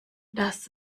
das